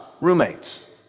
roommates